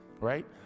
right